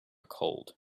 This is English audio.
cold